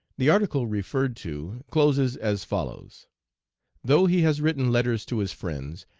the article referred to closes as follows though he has written letters to his friends,